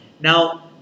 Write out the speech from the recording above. now